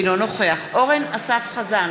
אינו נוכח אורן אסף חזן,